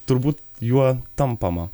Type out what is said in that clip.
turbūt juo tampama